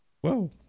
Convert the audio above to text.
Whoa